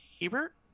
Hebert